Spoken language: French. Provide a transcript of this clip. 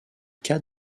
cas